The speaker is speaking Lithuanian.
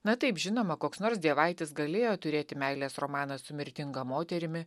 na taip žinoma koks nors dievaitis galėjo turėti meilės romaną su mirtinga moterimi